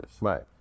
right